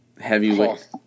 heavyweight